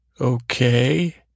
Okay